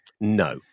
no